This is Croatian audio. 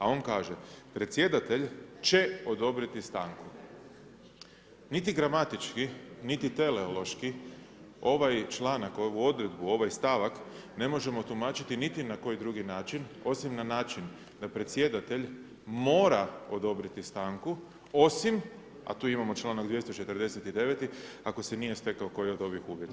A on kaže, predsjedatelj će odobriti stanku, niti gramatički i teleološki ovaj članak, ovu odredbu, ovaj stavak, ne možemo tumačiti niti na koji drugi način, osim na način, da predsjedatelj mora odobriti stanku, osim, a tu imamo čl. 249. ako se nije stekao koji od ovih uvjeta.